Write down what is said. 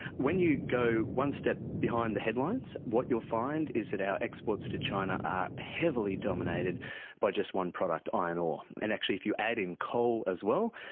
when you go one step behind the headlines, what you'll find is that our exports to china are heavily dominated by just one product, iron ore. and actually if you add in coal as well,